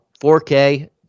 4K